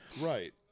right